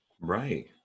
Right